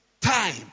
time